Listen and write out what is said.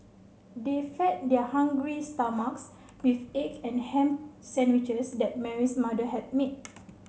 they fed their hungry stomachs with egg and ham sandwiches that Mary's mother had made